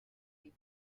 гэж